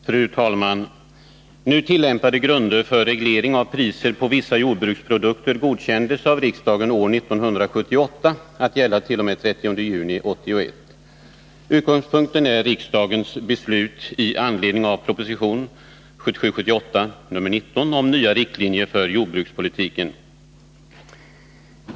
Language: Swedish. Fru talman! Nu tillämpade grunder för reglering av priset på vissa jordbruksprodukter godkändes av riksdagen år 1978, att gälla t.o.m. den 30 juni 1981. Utgångspunkten är riksdagens beslut i anledning av propositionen 1977/78:19 om nya riktlinjer för jordbrukspolitiken.